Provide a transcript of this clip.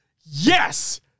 Yes